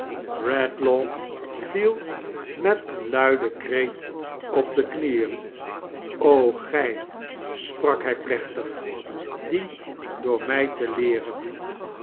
viel met een luiden kreet op de knieen g-ij sprak hij plechtig die door mij te leeren